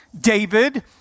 David